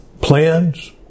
plans